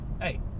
Hey